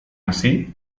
así